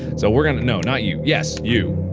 so we're gonna no not you, yes you!